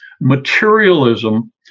materialism